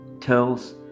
tells